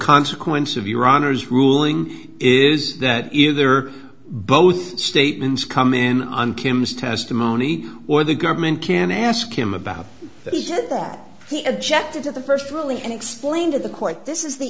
consequence of your honor's ruling is that either both statements come in on kim's testimony or the government can ask him about that he did that he objected to the first really and explained to the court this is the